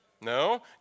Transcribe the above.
No